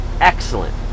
excellent